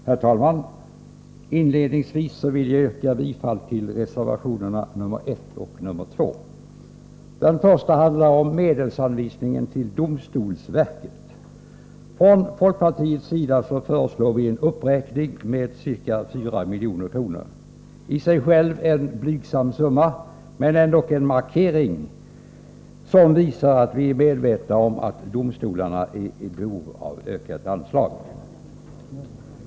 Herr talman! Inledningsvis vill jag yrka bifall till reservationerna 1 och 2. Den första reservationen handlar om medelsanvisningen till domstolsverket. Från folkpartiet föreslår vi en uppräkning med 4 milj.kr. Det äri sig själv en blygsam summa, men det är ändock en markering av att vi är medvetna om att domstolarna är i behov av ökat anslag.